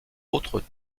autres